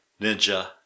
ninja